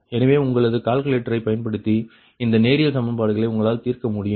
எனவே உங்களது கால்குலேட்டரை பயன்படுத்தி இந்த நேரியல் சமன்பாடுகளை உங்களால் தீர்க்க முடியும்